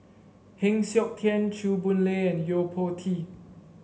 Heng Siok Tian Chew Boon Lay and Yo Po Tee